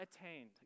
attained